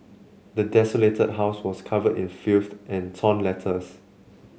the desolated house was covered in filth and torn letters